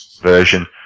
version